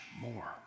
more